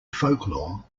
folklore